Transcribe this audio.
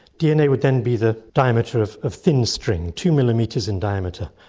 dna would then be the diameter of of thin string, two millimetres in diameter,